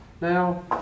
Now